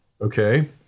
Okay